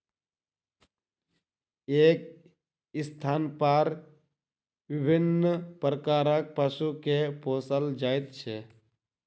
एक स्थानपर विभिन्न प्रकारक पशु के पोसल जाइत छै